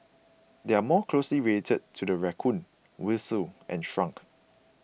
they are more closely related to the raccoon weasel and skunk